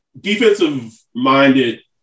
defensive-minded